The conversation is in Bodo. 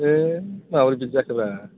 ओइ माब्रै बिदि जाखो ब्रा